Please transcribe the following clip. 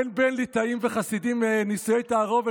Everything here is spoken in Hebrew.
אין בין ליטאים לחסידים נישואי תערובת,